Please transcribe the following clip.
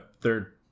third